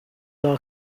are